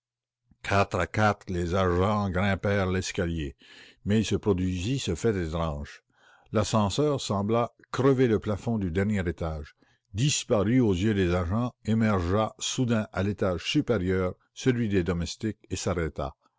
quatre à quatre les agents grimpèrent l'escalier mais il se produisit ce fait étrange l'ascenseur sembla crever le plafond du dernier étage disparut aux yeux des agents émergea soudain ùàl'étage supérieur celui des domestiques et s'arrêta